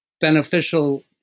beneficial